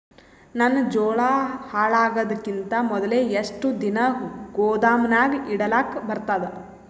ನನ್ನ ಜೋಳಾ ಹಾಳಾಗದಕ್ಕಿಂತ ಮೊದಲೇ ಎಷ್ಟು ದಿನ ಗೊದಾಮನ್ಯಾಗ ಇಡಲಕ ಬರ್ತಾದ?